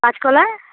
কাঁচকলা